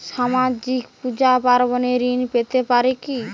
সামাজিক পূজা পার্বণে ঋণ পেতে পারে কি?